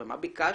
מה ביקשנו,